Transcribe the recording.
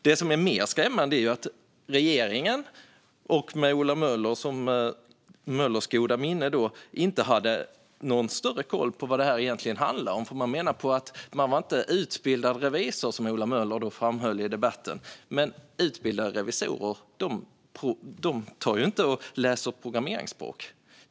Det som är mer skrämmande är att regeringen, med Ola Möllers goda minne, inte hade någon större koll på vad det handlade om egentligen utan menade att man inte var utbildad revisor, som Ola Möller framhöll i debatten. Men utbildade revisorer läser ju inte programmeringsspråk.